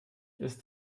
ist